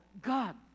God